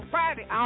Friday